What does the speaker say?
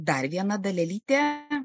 dar viena dalelytė